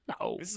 No